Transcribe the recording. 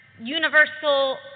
universal